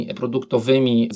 produktowymi